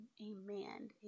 Amen